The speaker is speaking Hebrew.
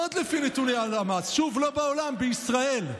עוד לפי נתוני הלמ"ס, שוב, לא בעולם, בישראל,